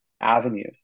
avenues